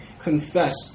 Confess